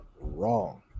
wrong